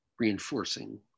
reinforcing